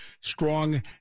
strong